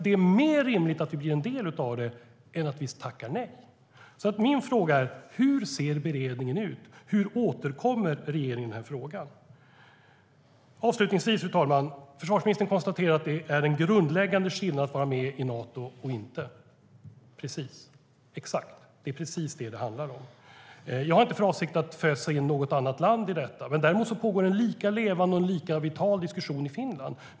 Det är mer rimligt att vi blir en del av det än att vi tackar nej. Hur ser beredningen ut? Hur återkommer regeringen i frågan? Fru talman! Försvarsministern konstaterar att det är en grundläggande skillnad på att vara med i Nato och inte. Exakt! Det är precis vad det handlar om. Jag har inte för avsikt att fösa in något annat land i samarbetet, men däremot pågår en lika levande och lika vital diskussion i Finland.